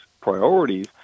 priorities